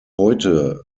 heute